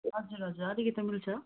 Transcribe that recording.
हजुर हजुर अलिकति त मिल्छ